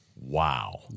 wow